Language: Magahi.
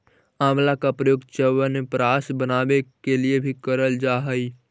आंवला का प्रयोग च्यवनप्राश बनाने के लिए भी करल जा हई